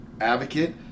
Advocate